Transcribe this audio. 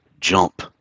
jump